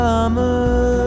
Summer